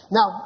Now